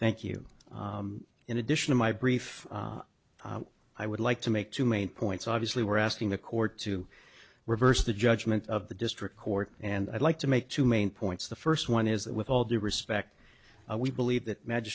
thank you in addition of my brief i would like to make two main points obviously we're asking the court to reverse the judgment of the district court and i'd like to make two main points the first one is that with all due respect we believe that magi